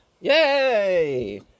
Yay